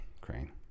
crane